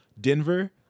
Denver